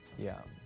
yeah.